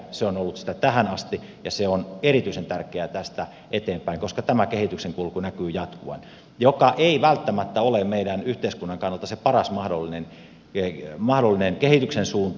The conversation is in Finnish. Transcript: se on ollut sitä tähän asti ja se on erityisen tärkeä tästä eteenpäin koska tämä kehityksen kulku näkyy jatkuvan joka ei välttämättä ole meidän yhteiskunnan kannalta se paras mahdollinen kehityksen suunta